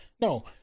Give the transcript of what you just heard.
No